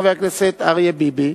חבר הכנסת אריה ביבי.